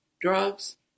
drugs